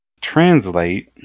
Translate